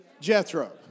Jethro